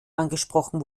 angesprochen